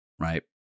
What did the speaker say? right